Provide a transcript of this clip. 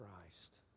Christ